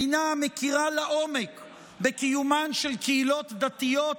מדינה המכירה לעומק בקיומן של קהילות דתיות,